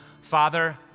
Father